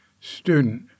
Student